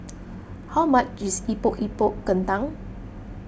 how much is Epok Epok Kentang